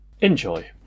Enjoy